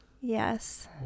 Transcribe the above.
Yes